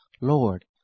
Lord